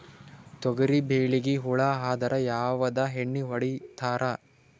ತೊಗರಿಬೇಳಿಗಿ ಹುಳ ಆದರ ಯಾವದ ಎಣ್ಣಿ ಹೊಡಿತ್ತಾರ?